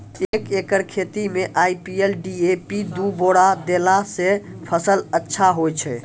एक एकरऽ खेती मे आई.पी.एल डी.ए.पी दु बोरा देला से फ़सल अच्छा होय छै?